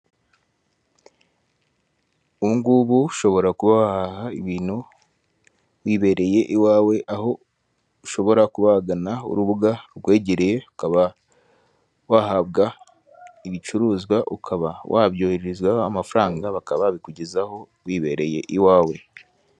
Ubu ngubu ushobora kuba wahaha ibintu wibereye iwawe, aho ushobora kuba wagana urubuga rukwegereye, ukaba wahabwa ibicuruzwa, ukaba wabyoheherezwaho amafaranga, bakaba babikugezaho wibereye iwawe.